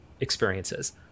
experiences